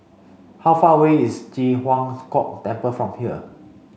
how far away is Ji Huang Kok Temple from here